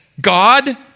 God